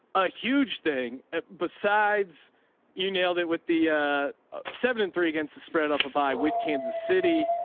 a huge thing besides you nailed it with the a seven and three against the spread off a buy with kansas city,